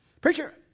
Preacher